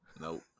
Nope